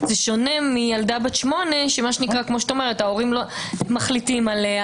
זה שונה מילדה בת 8 שההורים מחליטים עליה.